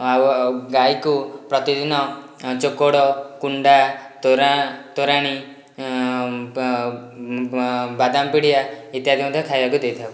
ଆଉ ଆଉ ଗାଈକୁ ପ୍ରତିଦିନ ଚୋକଡ଼ କୁଣ୍ଡା ତୋରା ତୋରାଣୀ ବାଦାମ ପିଡ଼ିଆ ଇତ୍ୟାଦି ମଧ୍ୟ ଖାଇବାକୁ ଦେଇଥାଉ